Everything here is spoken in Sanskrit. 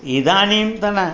इदानीन्तन